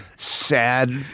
sad